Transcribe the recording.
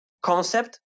concept